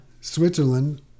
switzerland